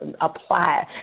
apply